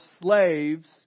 slaves